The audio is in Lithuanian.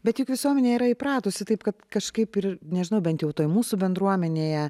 bet juk visuomenė yra įpratusi taip kad kažkaip ir nežinau bent jau toj mūsų bendruomenėje